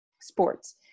sports